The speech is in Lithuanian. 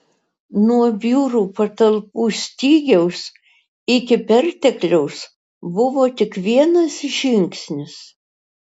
nuo biurų patalpų stygiaus iki pertekliaus buvo tik vienas žingsnis